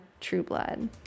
Trueblood